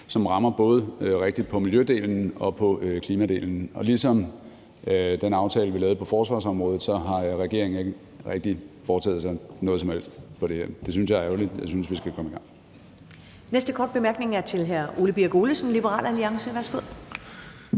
som rammer rigtigt både på miljødelen og på klimadelen. Og ligesom det er tilfældet med den aftale, vi lavede på forsvarsområdet, har regeringen ikke rigtig foretaget sig noget som helst på det her område. Det synes jeg er ærgerligt. Jeg synes, vi skal komme i gang.